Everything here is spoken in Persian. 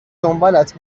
دنبالت